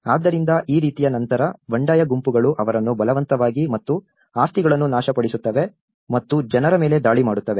ಆದ್ದರಿಂದ ಈ ರೀತಿಯ ನಂತರ ಬಂಡಾಯ ಗುಂಪುಗಳು ಅವರನ್ನು ಬಲವಂತವಾಗಿ ಮತ್ತು ಆಸ್ತಿಗಳನ್ನು ನಾಶಪಡಿಸುತ್ತವೆ ಮತ್ತು ಜನರ ಮೇಲೆ ದಾಳಿ ಮಾಡುತ್ತವೆ